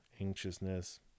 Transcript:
anxiousness